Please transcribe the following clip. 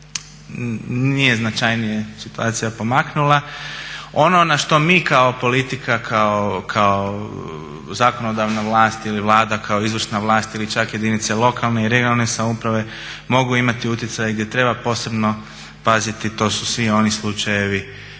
nije značajnije situacija pomaknula. Ono na što mi kao politika, kao zakonodavna vlast ili Vlada kao izvršna vlast ili čak jedinice lokalne i regionalne samouprave mogu imati uticaj, gdje treba posebno paziti to su svi oni slučajevi